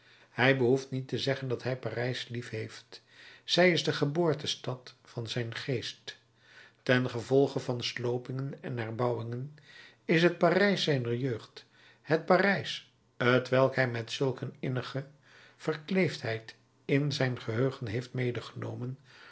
hij behoeft niet te zeggen dat hij parijs liefheeft zij is de geboortestad van zijn geest ten gevolge van sloopingen en herbouwingen is het parijs zijner jeugd het parijs t welk hij met zulk een innige verkleefdheid in zijn geheugen heeft medegenomen